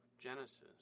Genesis